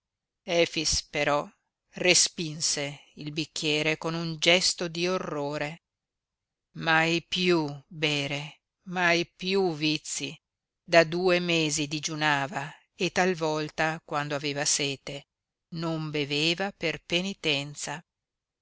vino efix però respinse il bicchiere con un gesto di orrore mai piú bere mai piú vizi da due mesi digiunava e talvolta quando aveva sete non beveva per penitenza